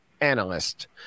analyst